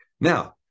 Now